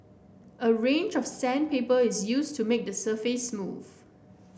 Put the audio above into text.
a range of sandpaper is used to make the surface smooth